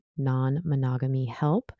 nonmonogamyhelp